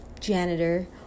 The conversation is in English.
janitor